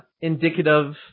indicative